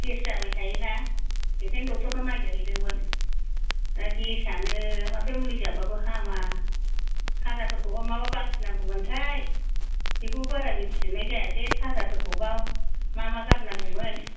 gas जाबाय थायोना बेनिखायनो डक्ट'र नियाव नायजाहैदोंमोन दा गेस आनो माथो मुलि जाबाबो हामा खाजाफोरखौबा मा मा बासिनांगौमोनथाय बेखौबो बारा मोनथिजोबनाय जायासै खाजाफोरखौबा मा मा गारनांगौमोन